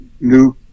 new